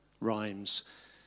rhymes